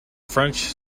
french